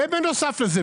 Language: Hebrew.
ובנוסף לזה,